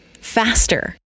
faster